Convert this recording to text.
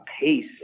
pace